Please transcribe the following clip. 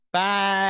Bye